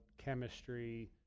chemistry